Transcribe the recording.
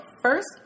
first